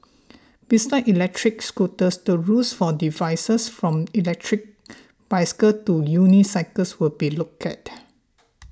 besides electric scooters the rules for devices from electric bicycles to unicycles will be looked at